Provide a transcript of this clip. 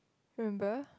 remember